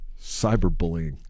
Cyberbullying